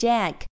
Jack